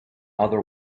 other